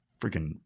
freaking